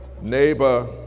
neighbor